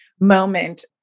moment